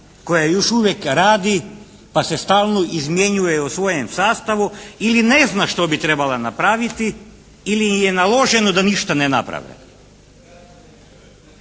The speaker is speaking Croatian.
koja još uvijek radi pa se stalno izmjenjuje u svoje sastavu ili ne zna što bi trebala napraviti, ili joj je naloženo da ništa ne naprave.